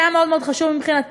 שהיה מאוד מאוד חשוב מבחינתי,